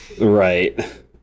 Right